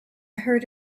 heard